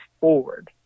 forward